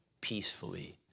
peacefully